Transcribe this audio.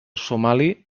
somali